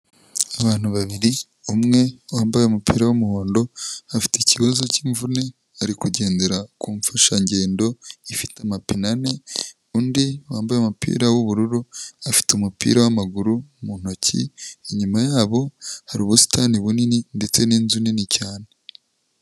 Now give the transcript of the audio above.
Abantu babiri, umwe wambaye umupira w'umuhondo, afite ikibazo cy'imvune, arikugendera ku mfashangendo ifite amapine ane, undi wambaye umupira w'ubururu, afite umupira w'amaguru mu ntoki, inyuma yabo hari ubusitani bunini, ndetse n'inzu nini cyane.